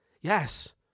Yes